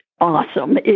awesome